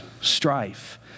strife